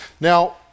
Now